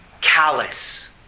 callous